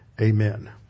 Amen